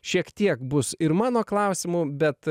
šiek tiek bus ir mano klausimų bet